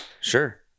Sure